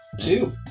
Two